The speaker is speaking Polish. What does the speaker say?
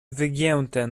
wygięte